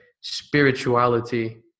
spirituality